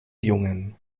jungen